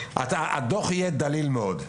הדוח יהיה דליל מאוד.